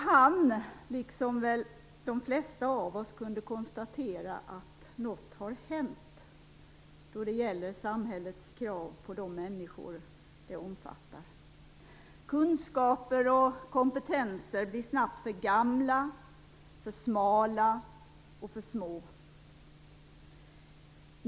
Han, liksom väl de flesta av oss, kunde konstatera att någonting har hänt då det gäller samhällets krav på de människor som det omfattar. Kunskaper och kompetenser blir snabbt för gamla, för smala och för små.